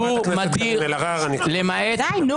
חברת הכנסת קארין אלהרר, אני קורא אותך לסדר.